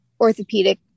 orthopedic